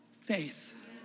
faith